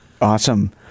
awesome